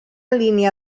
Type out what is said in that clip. línia